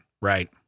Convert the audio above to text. Right